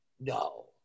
no